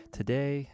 today